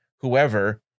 whoever